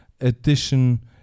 edition